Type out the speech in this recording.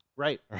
Right